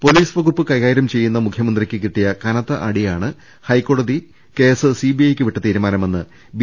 police വകുപ്പ് കൈകാര്യം ചെയ്യുന്ന മുഖ്യമന്ത്രിക്ക് കിട്ടിയ കനത്ത അടിയാണ് ഹൈക്കോടതി കേസ് സിബിഐക്ക് വിട്ട തീരുമാനമെന്ന് ബി